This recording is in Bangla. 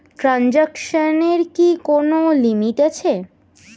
ট্রানজেকশনের কি কোন লিমিট আছে?